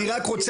אני רק רוצה,